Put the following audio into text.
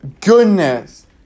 Goodness